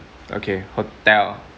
okay hotel